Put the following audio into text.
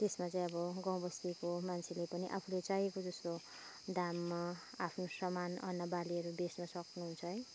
त्यसमा चाहिँ अब गाउँबस्तीको मान्छेले पनि आफूले चाहेको जस्तो दाममा आफ्नो सामान अन्न बालीहरू बेच्न सक्नुहुन्छ है